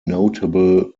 notable